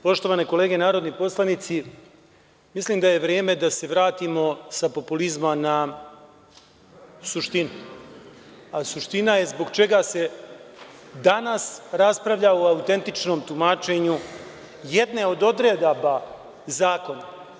Poštovane kolege narodni poslanici, mislim da je vreme da se vratimo sa populizma na suštinu, a suština je zbog čega se danas raspravlja o autentičnom tumačenju jedne od odredaba zakona?